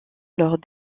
lors